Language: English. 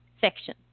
section